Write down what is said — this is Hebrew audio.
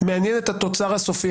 מעניין התוצר הסופי.